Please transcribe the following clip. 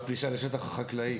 שקשור לפלישה לשטח החקלאי